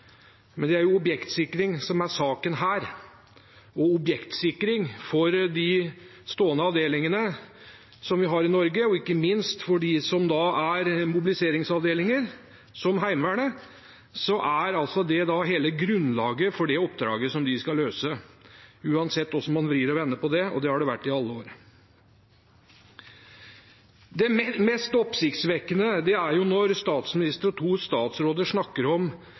men det er objektsikring som er saken her. Objektsikring for de stående avdelingene som vi har i Norge, ikke minst for mobiliseringsavdelinger som Heimevernet, er hele grunnlaget for det oppdraget som man skal løse, uansett hvordan man snur og vender på det, og det har det vært i alle år. Det mest oppsiktsvekkende er når statsministeren og to statsråder snakker om